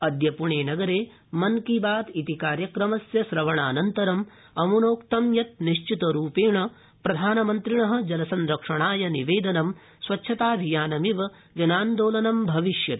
अद्य पूणे नगरे मन की बात इति कार्यक्रमस्य श्रवणानन्तरं अम्नोक्तं यत् निश्चितरूपेण प्रधानमन्त्रिण जलसंरक्षणाय निवेदनं स्वच्छताभियानमिव जनान्दोलनं भविष्यति